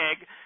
egg